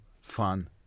fun